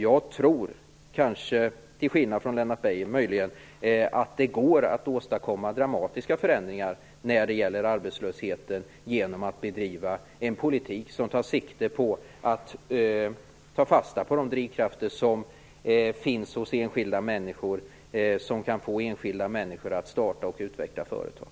Jag tror, möjligen till skillnad från Lennart Beijer, att det går att åstadkomma dramatiska förändringar i fråga om arbetslösheten genom att bedriva en politik som tar fasta på de drivkrafter som enskilda människor har och som kan få dem att starta och utveckla företag.